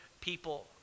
people